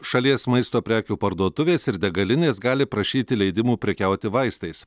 šalies maisto prekių parduotuvės ir degalinės gali prašyti leidimų prekiauti vaistais